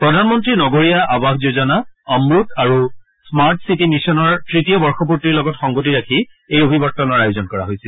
প্ৰধানমন্ত্ৰী নগৰীয়া আৱাস যোজনা অনুত আৰু স্মাৰ্ট চিটি মিছনৰ ত়তীয় বৰ্ষপূৰ্তিৰ লগত সংগতি ৰাখি এই অভিবৰ্তনৰ আয়োজন কৰা হৈছিল